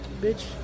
bitch